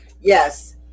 Yes